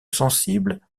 sensible